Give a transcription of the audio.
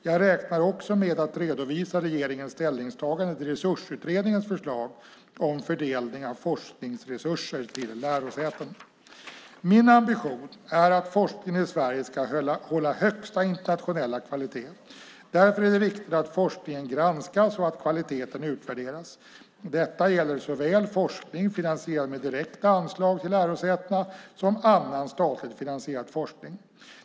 Jag räknar också med att redovisa regeringens ställningstagande till Resursutredningens förslag om fördelning av forskningsresurser till lärosäten. Min ambition är att forskningen i Sverige ska hålla högsta internationella kvalitet. Därför är det viktigt att forskningen granskas och att kvaliteten utvärderas. Detta gäller såväl forskning finansierad med direkta anslag till lärosätena som annan statligt finansierad forskning.